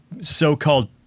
so-called